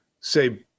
say